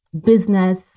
business